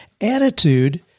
attitude